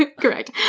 ah correct.